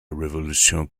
révolution